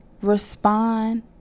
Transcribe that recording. respond